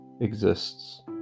exists